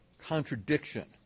contradiction